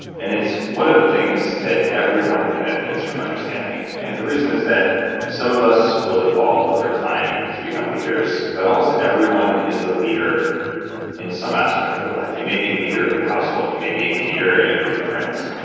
and its one of the things that everyone benefits from understanding. and the reason is that some of us will evolve over time to become leaders but almost everyone is a leader in some aspect of their life. you may be leader of your household. you may be leader in a group of friends.